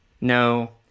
No